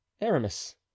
Aramis